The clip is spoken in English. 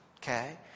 Okay